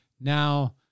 Now